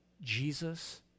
Jesus